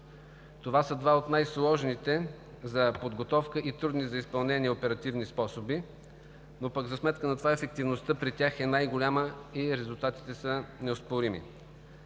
Това са два от най-сложните за подготовка и трудни за изпълнение оперативни способи, но пък за сметка на това ефективността при тях е най-голяма и резултатите са неоспорими.